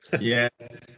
Yes